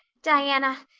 diana,